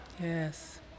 Yes